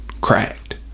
Cracked